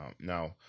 Now